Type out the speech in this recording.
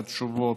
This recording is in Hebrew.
והתשובות,